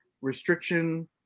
restriction